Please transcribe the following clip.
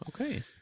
Okay